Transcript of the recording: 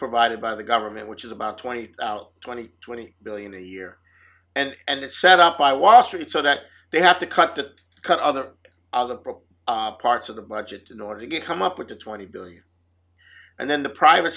provided by the government which is about twenty twenty twenty billion a year and it's set up by wall street so that they have to cut that cut other parts of the budget in order to get come up with the twenty billion and then the private